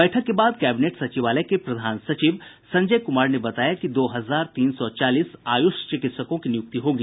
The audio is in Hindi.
बैठक के बाद कैबिनेट सचिवालय के प्रधान सचिव संजय कुमार ने बताया कि दो हजार तीन सौ चालीस आयुष चिकित्सकों की नियुक्ति होगी